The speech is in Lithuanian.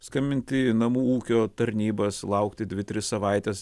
skambinti į namų ūkio tarnybas laukti dvi tris savaites